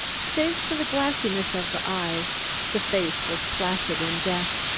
save for the glassiness of the eyes the face was placid in death,